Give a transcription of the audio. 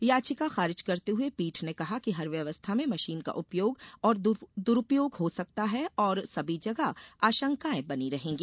याचिका खारिज करते हुए पीठ ने कहा कि हर व्यवस्था में मशीन का उपयोग और दुरूपयोग हो सकता है और सभी जगह आशंकाएं बनी रहेंगी